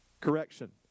Correction